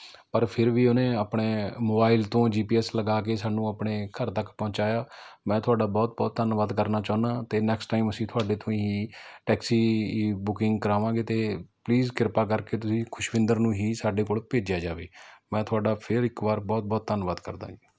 ਪਰ ਫਿਰ ਵੀ ਉਹਨੇ ਆਪਣੇ ਮੋਬਾਈਲ ਤੋਂ ਜੀ ਪੀ ਐਸ ਲਗਾ ਕੇ ਸਾਨੂੰ ਆਪਣੇ ਘਰ ਤੱਕ ਪਹੁੰਚਾਇਆ ਮੈਂ ਤੁਹਾਡਾ ਬਹੁਤ ਬਹੁਤ ਧੰਨਵਾਦ ਕਰਨਾ ਚਾਹੁੰਦਾ ਅਤੇ ਨੈਕਸਟ ਟਾਈਮ ਅਸੀਂ ਤੁਹਾਡੇ ਤੋਂ ਹੀ ਟੈਕਸੀ ਬੁਕਿੰਗ ਕਰਾਵਾਂਗੇ ਅਤੇ ਪਲੀਜ਼ ਕਿਰਪਾ ਕਰਕੇ ਤੁਸੀਂ ਖੁਸ਼ਵਿੰਦਰ ਨੂੰ ਹੀ ਸਾਡੇ ਕੋਲ ਭੇਜਿਆ ਜਾਵੇ ਮੈਂ ਤੁਹਾਡਾ ਫਿਰ ਇੱਕ ਵਾਰ ਬਹੁਤ ਬਹੁਤ ਧੰਨਵਾਦ ਕਰਦਾ ਹਾਂ